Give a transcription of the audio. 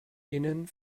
innen